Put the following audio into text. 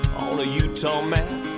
on the utah um and